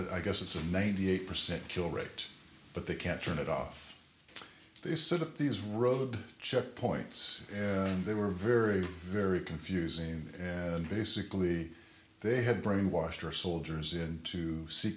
like i guess it's a ninety eight percent kill rate but they can't turn it off they set up these road checkpoints and they were very very confusing and basically they had brainwashed our soldiers into s